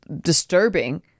disturbing